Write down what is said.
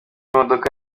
imodoka